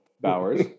Bowers